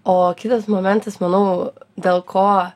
o kitas momentas manau dėl ko